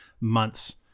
months